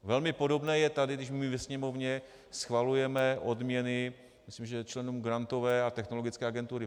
Velmi podobné je tady, když ve Sněmovně schvalujeme odměny, myslím, že členům grantové a technologické agentury.